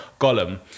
Gollum